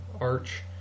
arch